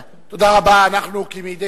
הודעה למזכירת